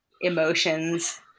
emotions